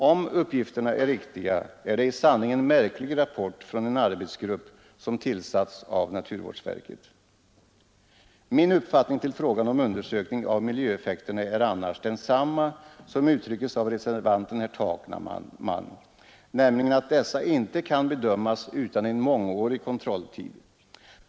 Om uppgifterna är riktiga är det i sanning en märklig rapport från en arbetsgrupp som tillsatts av naturvårdsverket. Min uppfattning beträffande undersökningarna av miljöeffekterna är annars densamma som uttryckes av reservanten herr Takman, nämligen att dessa effekter inte kan bedömas utan en mångårig kontrolltid.